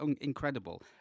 incredible